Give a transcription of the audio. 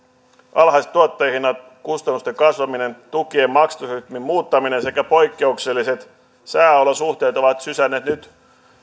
alhaiset tuottajahinnat kustannusten kasvaminen tukien maksatusrytmin muuttaminen sekä poikkeukselliset sääolosuhteet ovat sysänneet nyt